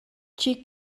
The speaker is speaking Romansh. tgi